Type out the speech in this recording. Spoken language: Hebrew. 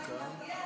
את הצבעת נגד?